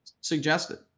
suggested